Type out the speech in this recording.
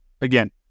again